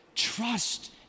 Trust